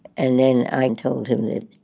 and then i told him that.